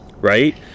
Right